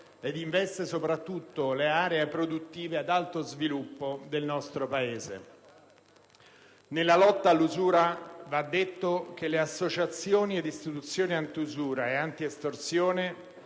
ed investe soprattutto le aree produttive ad alto sviluppo del nostro Paese. Nella lotta all'usura va detto che le associazioni e le istituzioni antiusura e antiestorsione